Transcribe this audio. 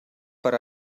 per